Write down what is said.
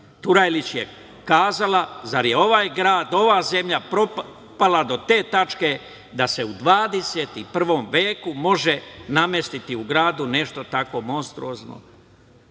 Turajlić je kazala: „Zar je ovaj grad, ova zemlja propala do te tačke da se u 21. veku može namestiti u gradu nešto tako monstruozno?“